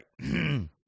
right